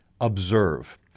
observe